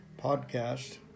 podcast